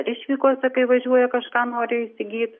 išvykose kai važiuoja kažką nori įsigyt